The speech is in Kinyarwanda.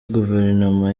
guverinoma